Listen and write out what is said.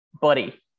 buddy